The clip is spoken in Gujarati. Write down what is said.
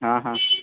હા હા